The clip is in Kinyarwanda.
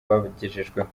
bagejejweho